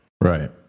Right